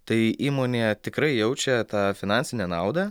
tai įmonė tikrai jaučia tą finansinę naudą